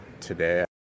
today